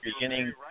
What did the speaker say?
beginning